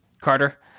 Carter